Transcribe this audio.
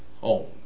home